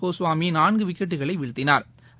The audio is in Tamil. கோஸ்வாமிநான்குவிக்கெட்களைவீழ்த்தினா்